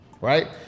right